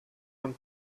von